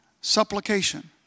supplication